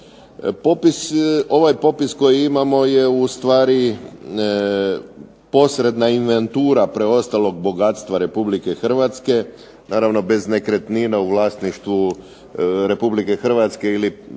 Ovaj popis koji imamo je ustvari posredna inventura preostalog bogatstva RH, naravno bez nekretnina u vlasništvu RH ili